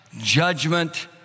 judgment